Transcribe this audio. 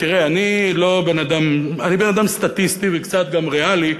תראה, אני בן-אדם סטטיסטי וקצת גם ריאלי.